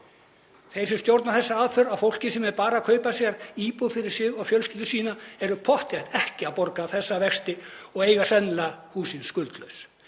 Þeir sem stjórna þessari aðför að fólki sem er bara að kaupa sér íbúð fyrir sig og fjölskyldu sína eru pottþétt ekki að borga þessa vexti og eiga sennilega hús sín skuldlaus.